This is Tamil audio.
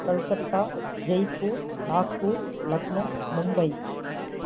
கல்கத்தா ஜெய்ப்பூர் நாக்பூர் லக்னோ மும்பை